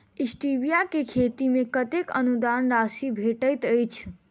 Stevia केँ खेती मे कतेक अनुदान राशि भेटैत अछि?